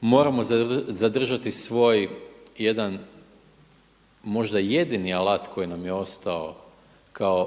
Moramo zadržati svoj, jedan, možda jedini alat koji nam je ostao